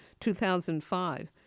2005